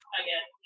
again